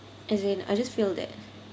as in I just feel that